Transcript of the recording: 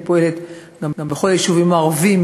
גם בכל היישובים הערביים,